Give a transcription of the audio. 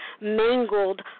mangled